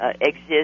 exist